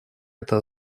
это